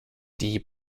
die